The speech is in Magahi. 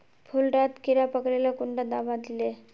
फुल डात कीड़ा पकरिले कुंडा दाबा दीले?